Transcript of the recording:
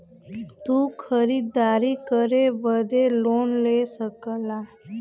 तू खरीदारी करे बदे लोन ले सकला